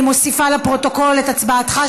אני מוסיפה לפרוטוקול את הצבעתך,